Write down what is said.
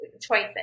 choices